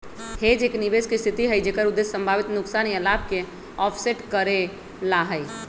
hedge एक निवेश के स्थिति हई जेकर उद्देश्य संभावित नुकसान या लाभ के ऑफसेट करे ला हई